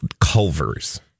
Culver's